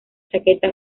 chaqueta